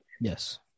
Yes